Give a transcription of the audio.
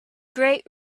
great